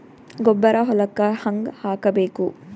ಗೊಬ್ಬರ ಹೊಲಕ್ಕ ಹಂಗ್ ಹಾಕಬೇಕು?